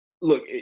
Look